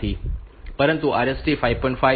પરંતુ RST 5